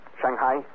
Shanghai